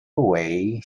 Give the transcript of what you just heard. away